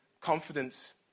confidence